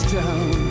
down